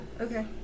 Okay